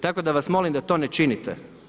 Tako da vas molim da to ne činite.